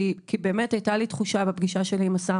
כי באמת הייתה לי תחושה בפגישה שלי עם השר